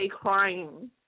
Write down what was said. crying